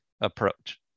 approach